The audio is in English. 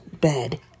bed